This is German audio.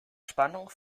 spannung